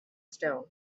stone